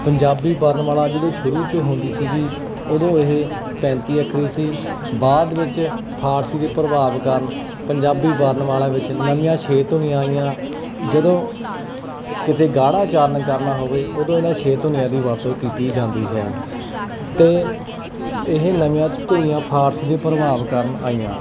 ਪੰਜਾਬੀ ਵਰਨਵਾਲਾ ਜਦੋਂ ਸ਼ੁਰੂ 'ਚ ਹੁੰਦੀ ਸੀਗੀ ਉਦੋਂ ਇਹ ਪੈਂਤੀ ਅੱਖਰੀ ਸੀ ਬਾਅਦ ਵਿੱਚ ਫਾਰਸੀ ਦੇ ਪ੍ਰਭਾਵ ਕਾਰਨ ਪੰਜਾਬੀ ਵਰਨਮਾਲਾ ਵਿੱਚ ਨਵੀਆਂ ਛੇ ਧੁਨੀਆਂ ਆਈਆਂ ਜਦੋਂ ਕਿਤੇ ਗਾੜਾ ਉਚਾਰਨ ਕਰਨਾ ਹੋਵੇ ਉਦੋਂ ਇਹਨਾਂ ਛੇ ਧੁਨੀਆਂ ਦੀ ਵਰਤੋ ਕੀਤੀ ਜਾਂਦੀ ਹੈ ਅਤੇ ਇਹ ਨਵੀਆਂ ਧੁਨੀਆਂ ਫਾਰਸੀ ਦੇ ਪ੍ਰਭਾਵ ਕਾਰਨ ਆਈਆਂ